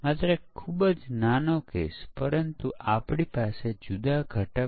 પછી તે ભૂલો ઓછી થઈ ગઈ છે પરંતુ કેટલીક બચી ગઇ છે